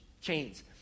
chains